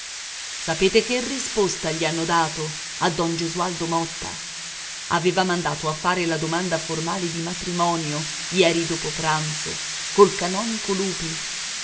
sapete che risposta gli hanno dato a don gesualdo motta aveva mandato a fare la domanda formale di matrimonio ieri dopo pranzo col canonico lupi